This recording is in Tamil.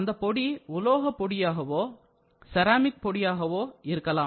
அந்த பொடி உலோகப் பொடியாகவோ செராமிக் பொடியாகவோ இருக்கலாம்